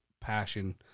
passion